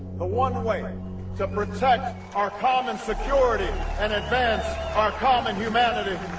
the one way to protect our common security and advance our common humanity.